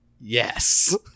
yes